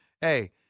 hey